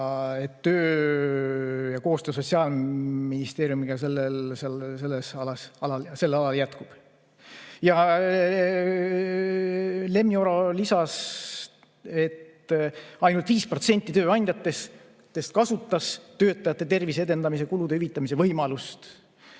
Töö ja koostöö Sotsiaalministeeriumiga sellel alal jätkub. Lemmi Oro lisas, et ainult 5% tööandjatest kasutas töötajate tervise edendamise kulude hüvitamise võimalust.